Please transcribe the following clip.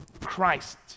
Christ